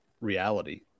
reality